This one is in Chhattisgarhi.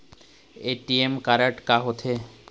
ए.टी.एम कारड हा का होते?